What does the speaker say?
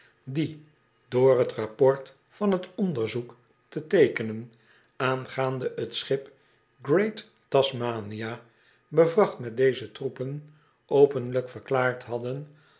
die door t rapport van t onderzoek te teekenen aangaande t schip great tasmania bevracht met deze troepen openlijk verklaard hadden